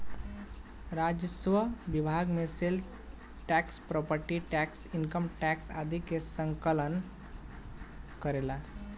राजस्व विभाग sale tax property tax income tax आदि के संकलन करेला